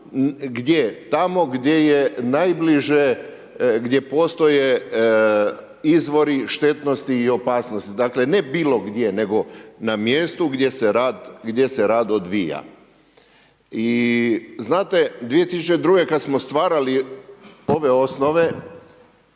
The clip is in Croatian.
Gdje? Tamo gdje je najbliže, gdje postoje izvori štetnosti i opasnosti. Dakle, ne bilo gdje, nego na mjestu gdje se rad odvija. I znate 2002. kada smo stvarali ove osnove,